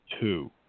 two